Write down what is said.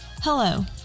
Hello